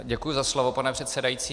Děkuji za slovo, pane předsedající.